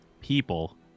people